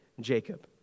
Jacob